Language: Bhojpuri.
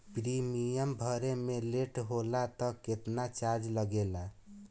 प्रीमियम भरे मे लेट होला पर केतना चार्ज लागेला?